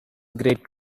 great